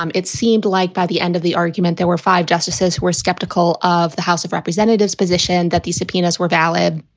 um it seemed like by the end of the argument, there were five justices who were skeptical of the house of representatives position that these subpoenas were valid.